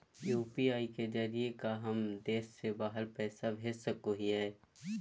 UPI के जरिए का हम देश से बाहर पैसा भेज सको हियय?